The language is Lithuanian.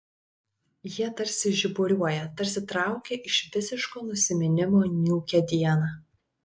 jie tarsi žiburiuoja tarsi traukia iš visiško nusiminimo niūkią dieną